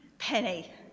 Penny